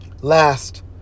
Last